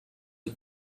who